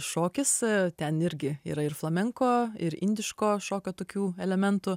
šokis ten irgi yra ir flamenko ir indiško šokio tokių elementų